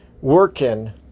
Working